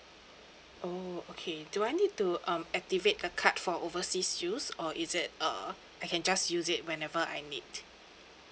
oh okay do I need to um activate the card for overseas use or is it uh I can just use it whenever I need